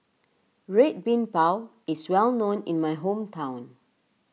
Red Bean Bao is well known in my hometown